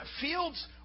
fields